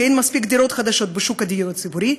אין מספיק דירות חדשות בשוק הדיור הציבורי,